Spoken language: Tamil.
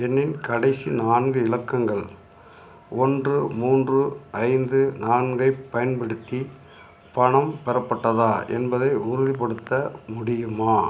எண்ணின் கடைசி நான்கு இலக்கங்கள் ஒன்று மூன்று ஐந்து நான்கைப் பயன்படுத்தி பணம் பெறப்பட்டதா என்பதை உறுதிப்படுத்த முடியுமா